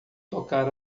tocar